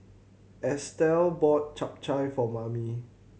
Estel bought Chap Chai for Mamie